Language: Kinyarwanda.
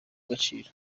agaciro